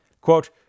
Quote